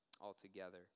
altogether